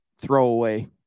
throwaway